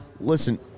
Listen